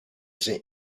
sent